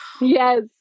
yes